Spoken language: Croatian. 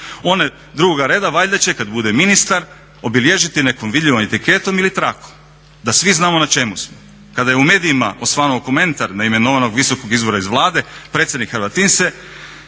One drugoga reda valjda će kad bude ministar obilježiti nekom vidljivom etiketom ili trakom, da svi znamo na čemu smo. Kada je u medijima osvanuo komentar neimenovanog visokog izvora iz Vlade predsjednik Hrvatin se